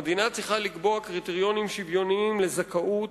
המדינה צריכה לקבוע קריטריונים שוויוניים לזכאות,